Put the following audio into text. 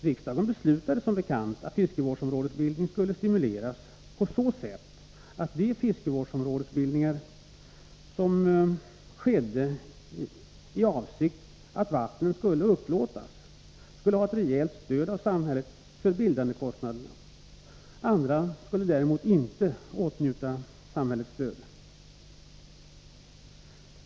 Riksdagen beslutade som bekant att fiskevårdsområdesbildning skulle stimuleras på så sätt, att de fiskevårdsområdesbildningar som skedde i avsikt att vattnen skulle upplåtas skulle ha rejält stöd av samhället för bildandekostnader. Andra skulle däremot inte åtnjuta samhällets stöd.